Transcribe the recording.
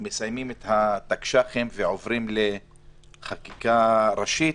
מסיימים את התקש"חים ועוברים חקיקה ראשית